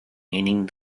meaning